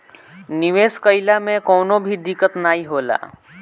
निवेश कइला मे कवनो भी दिक्कत नाइ होला